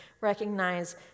recognize